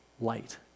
light